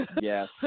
Yes